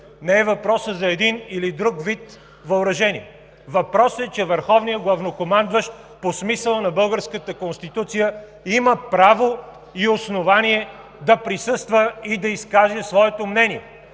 Не е въпрос за един или друг вид въоръжение. Въпросът е, че върховният главнокомандващ по смисъла на Българската конституция има право и основание да присъства и да изкаже своето мнение.